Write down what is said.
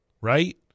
right